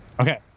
Okay